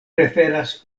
preferas